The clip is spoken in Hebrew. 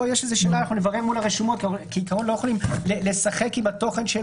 כאן אנחנו נברר מול הרשומות כי כעיקרון לא יכולים לשחק עם התוכן של